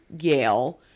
Yale